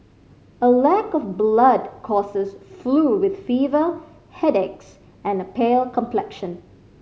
a lack of blood causes flu with fever headaches and a pale complexion